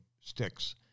sticks